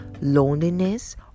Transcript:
loneliness